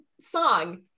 song